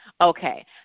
Okay